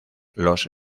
los